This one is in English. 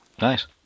Nice